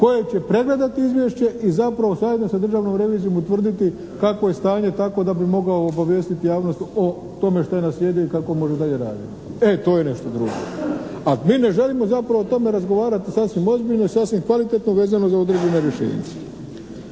koje će pregledati izvješće i zapravo zajedno sa državnom revizijom utvrditi kakvo je stanje, tako da bi mogao obavijestiti javnost o tome šta je naslijedio i kako može dalje raditi. E to je nešto drugo. A mi ne želimo zapravo o tome razgovarati sasvim ozbiljno i sasvim kvalitetno vezano za određena rješenja.